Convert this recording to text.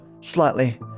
slightly